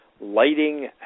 lighting